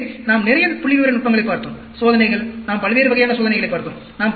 எனவே நாம் நிறைய புள்ளிவிவர நுட்பங்களைப் பார்த்தோம் சோதனைகள் நாம் பல்வேறு வகையான சோதனைகளைப் பார்த்தோம்